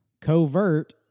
Covert